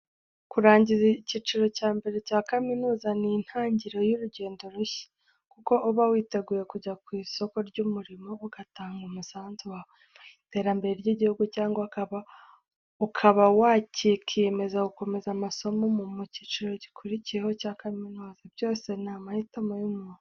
Kurangiza icyiciro cya mbere cya kaminuza ni intangiriro y'urugendo rushya, kuko uba witeguye kujya ku isoko ry'umurimo, ugatanga umusanzu wawe mu iterambere ry'igihugu cyangwa ukaba wakiyemeza gukomeza amasomo mu cyiciro gikurikiyeho cya kaminuza, byose ni amahitamo y'umuntu.